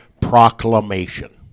proclamation